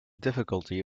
difficulty